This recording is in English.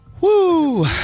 Woo